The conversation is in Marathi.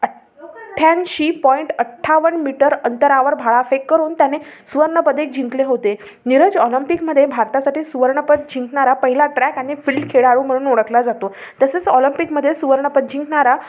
अ ठ्ठ्यांशी पॉईंट अठ्ठावन मीटर अंतरावर भालाफेक करून त्याने सुवर्णपदक जिंकले होते निरज ऑलंपिकमध्ये भारतासाठी सुवर्णपद जिंकणारा पहिला ट्रॅक आणि फील्ड खेळाडू म्हणून ओळखला जातो तसेच ऑलंपिकमध्ये सुवर्णपद जिंकणारा